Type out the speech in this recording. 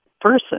person